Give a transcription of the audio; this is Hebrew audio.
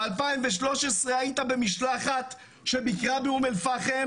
ב-2013 היית במשלחת שביקרה באום אל פאחם